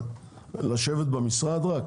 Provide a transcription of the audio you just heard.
לשבת במשרד רק?